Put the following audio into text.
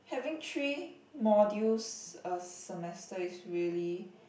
having three modules a semester is really